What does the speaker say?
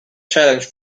challenge